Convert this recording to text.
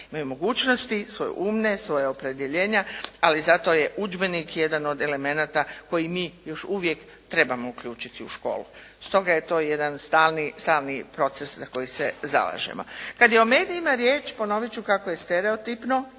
imaju mogućnosti svoje umne, svoja opredjeljenja, ali zato je udžbenik jedan od elemenata koji mi još uvijek trebamo uključiti u školu, stoga je to jedan stalni proces za koji se zalažemo. Kad je o medijima riječ, ponoviti ću kako je stereotipno,